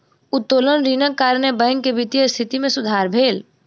उत्तोलन ऋणक कारणेँ बैंक के वित्तीय स्थिति मे सुधार भेल